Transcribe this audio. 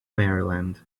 maryland